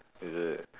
is it